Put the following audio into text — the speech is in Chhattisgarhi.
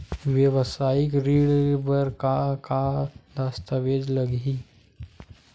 वेवसायिक ऋण बर का का दस्तावेज लगही?